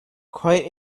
quite